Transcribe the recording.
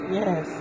yes